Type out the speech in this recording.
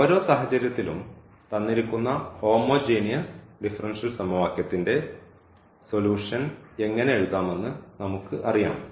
ഓരോ സാഹചര്യത്തിലും തന്നിരിക്കുന്ന ഹോമോജീനിയസ് ഡിഫറൻഷ്യൽ സമവാക്യത്തിന്റെ സൊല്യൂഷൻ എങ്ങനെ എഴുതാമെന്ന് നമുക്കറിയാം